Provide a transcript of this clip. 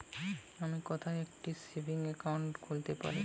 আমি কোথায় একটি সেভিংস অ্যাকাউন্ট খুলতে পারি?